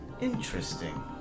Interesting